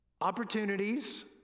opportunities